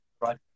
right